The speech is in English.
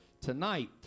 tonight